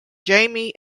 jaime